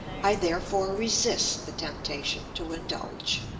i therefore resist the temptation to indulge.